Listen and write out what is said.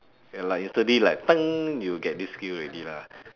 ya like instantly like you will get this skill already lah